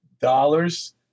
dollars